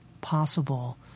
possible